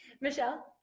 Michelle